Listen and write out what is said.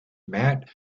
matt